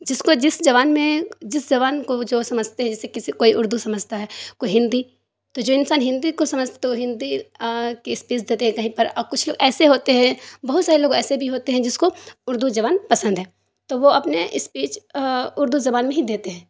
جس کو جس زبان میں جس زبان کو وہ جو ہے سمجھتے ہیں جیسے کسی کو کوئی اردو سمجھتا ہے کوئی ہندی تو جو انسان ہندی کو سمجتھے وہ ہندی کے اسپیس دیتے ہیں کہیں پر اور کچھ لوگ ایسے ہوتے ہیں بہت سارے لوگ ایسے بھی ہوتے ہیں جس کو اردو زبان پسند ہے تو وہ اپنے اسپیچ اردو زبان میں ہی دیتے ہیں